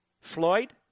Floyd